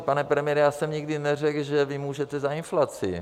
Pane premiére, já jsem nikdy neřekl, že vy můžete za inflaci.